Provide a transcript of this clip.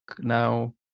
now